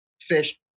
fish